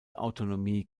autonomie